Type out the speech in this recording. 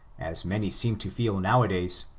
as many seem to feel now-a-days,